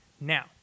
Now